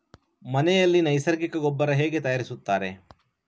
ಮನೆಯಲ್ಲಿ ನೈಸರ್ಗಿಕ ಗೊಬ್ಬರ ಹೇಗೆ ತಯಾರಿಸುತ್ತಾರೆ?